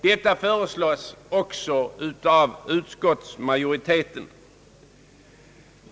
Detta föreslås också av utskottsmajoriteten.